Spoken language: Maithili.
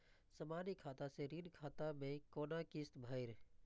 समान खाता से ऋण खाता मैं कोना किस्त भैर?